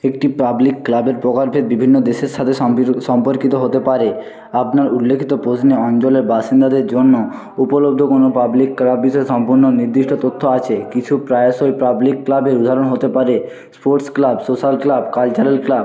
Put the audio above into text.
একটি পাবলিক ক্লাবের প্রকল্পের বিভিন্ন দেশের সাথে সম্পর্কিত হতে পারে আপনার উল্লেখিত প্রশ্নে অঞ্চলের বাসিন্দাদের জন্য উপলব্ধ কোনো পাবলিক ক্লাব বিশেষ সম্পূর্ণ নির্দিষ্ট তথ্য আছে কিছু প্রায়শই পাবলিক ক্লাবের উদাহরণ হতে পারে sports club social club cultural club